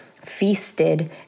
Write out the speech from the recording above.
feasted